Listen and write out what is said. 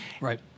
Right